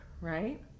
right